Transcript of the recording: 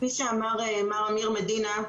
כפי שאמר מר אמיר מדינה,